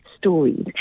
stories